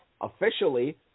Officially